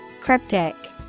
Cryptic